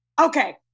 Okay